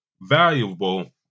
valuable